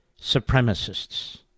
supremacists